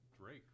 Drake